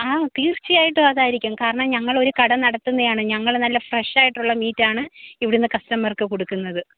ആ തീർച്ചയായിട്ടും അതായിരിക്കും കാരണം ഞങ്ങളൊരു കട നടത്തുന്നതാണ് ഞങ്ങള് നല്ല ഫ്രഷ് ആയിട്ടുള്ള മീറ്റാണ് ഇവിടെ നിന്ന് കസ്റ്റമർക്ക് കൊടുക്കുന്നത്